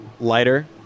lighter